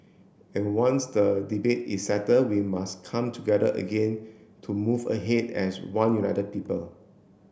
and once the debate is settled we must come together again to move ahead as one united people